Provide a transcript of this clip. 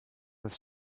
with